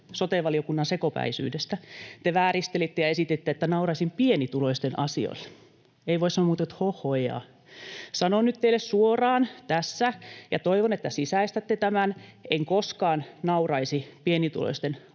sote-valiokunnan sekopäisyydestä, te vääristelitte ja esititte, että nauraisin pienituloisten asioille. Ei voi sanoa muuta kuin että hohhoijaa. Sanon nyt teille suoraan tässä, ja toivon, että sisäistätte tämän: en koskaan nauraisi pienituloisten asioille.